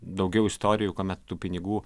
daugiau istorijų kuomet tų pinigų